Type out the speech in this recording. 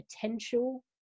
potential